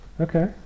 Okay